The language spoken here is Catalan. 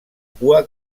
cua